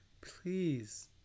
please